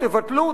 תבטלו,